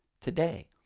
today